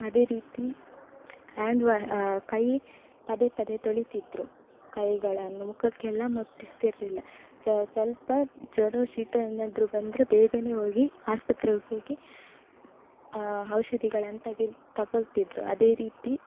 ಅದೇ ರೀತಿ ಹ್ಯಾಂಡ್ ವಾ ಕೈ ಪದೆ ಪದೆ ತೊಳಿತಿದ್ರು ಕೈಗಳನ್ನು ಮುಖಕ್ಕೆಲ್ಲ ಮುಟ್ಟಿಸ್ತಿರಲಿಲ್ಲ ಸ್ವಲ್ಪ ಜ್ವರ ಶೀತ ಏನಾದರೂ ಬಂದರೆ ಬೇಗನೆ ಹೋಗಿ ಆಸ್ಪತ್ರೆಗೆ ಹೋಗಿ ಔಷಧಿಗಳನ್ನ ತೆಗೆ ತಗೊಳ್ತಿದ್ರು ಅದೇ ರೀತಿ